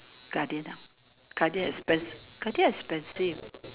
Guardian lah Guardian expense Guardian expensive